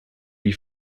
die